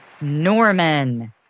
Norman